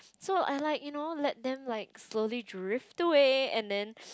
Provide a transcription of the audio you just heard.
so I like you know let them like slowly drift away and then